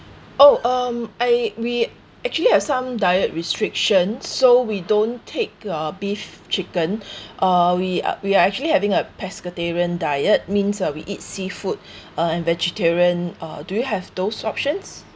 oh um I we actually have some diet restrictions so we don't take uh beef chicken uh we are we are actually having a pescatarian diet means uh we eat seafood uh and vegetarian uh do you have those options